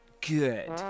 good